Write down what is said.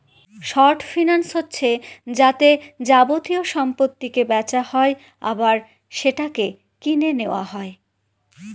short finance হচ্ছে যাতে যাবতীয় সম্পত্তিকে বেচা হয় আবার সেটাকে কিনে নেওয়া হয়